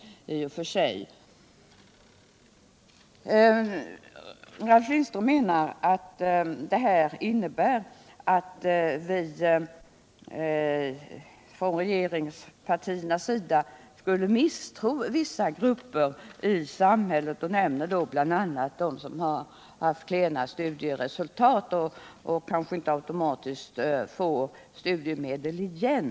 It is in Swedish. Ralf Lindström menar att vårt ställningstagande innebär att vi från regeringspartiernas sida skulle misstro vissa grupper i samhället. Han nämnde då bl.a. sådana som visat klena studieresultat och som därför kanske inte automatiskt kunde få studiemedel igen.